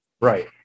Right